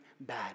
bad